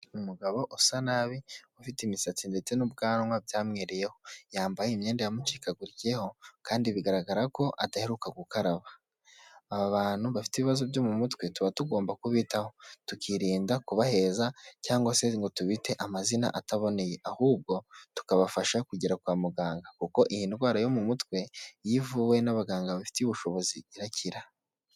Umugabo usa nabi ufite imisatsi ndetse n'ubwanwa byamwereyeho, yambaye imyenda yamucikagurikiyeho kandi bigaragara ko adaheruka gukaraba, aba bantu bafite ibibazo byo mu mutwe tuba tugomba kubitaho, tukirinda kubaheza cyangwa se ngo tubite amazina ataboneye ahubwo tukabafasha kugera kwa muganga kuko iyi ndwara yo mu mutwe iyo ivuwe n'abaganga bafitiye ubushobozi irakira.